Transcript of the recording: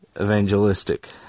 evangelistic